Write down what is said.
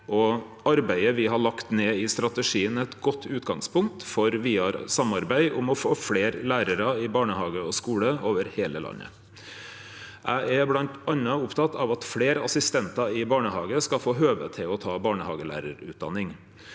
arbeidet me har lagt ned i strategien, er eit godt utgangspunkt for vidare samarbeid om å få fleire lærarar i barnehage og skole over heile landet. Eg er bl.a. oppteken av at fleire assistentar i barnehage skal få høve til å ta barnehagelærarutdanning.